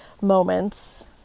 moments